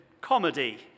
comedy